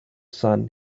sun